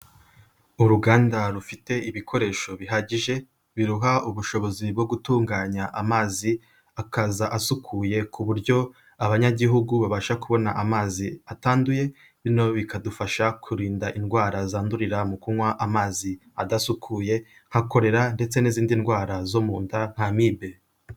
Uruganda rufite ibikoresho bihagije biruha ubushobozi bwo gutunganya amazi akaza asukuye ku buryo abanyagihugu babasha kubona amazi atanduye, bino bikadufasha kurinda indwara zandurira mu kunywa amazi adasukuye nka Korera ndetse n'izindi ndwara zo mu nda nk'Amibe.